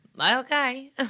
Okay